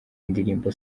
indirimbo